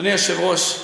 אדוני היושב-ראש,